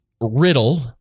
riddle